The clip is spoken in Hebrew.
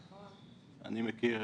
אני מכיר,